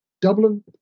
Dublin